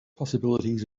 possibilities